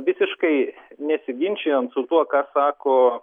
visiškai nesiginčijant su tuo ką sako